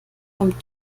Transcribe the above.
kommt